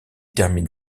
termine